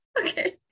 Okay